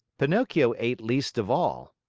pinocchio ate least of all.